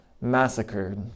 massacred